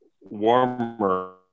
warmer